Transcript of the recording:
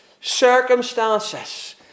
circumstances